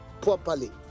properly